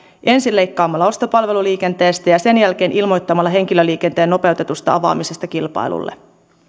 ensin leikkaamalla ostopalveluliikenteestä ja sen jälkeen ilmoittamalla henkilöliikenteen nopeutetusta avaamisesta kilpailulle